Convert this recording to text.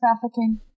trafficking